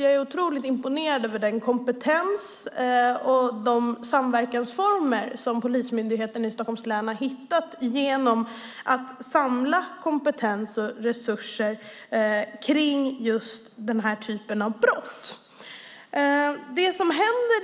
Jag är imponerad av den kompetens och de samverkansformer som Polismyndigheten i Stockholms län har hittat genom att samla kompetens och resurser runt den här typen av brott.